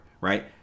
right